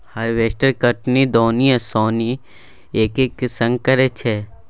harvester कटनी, दौनी आ ओसौनी एक्के संग करय छै